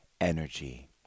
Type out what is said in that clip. energy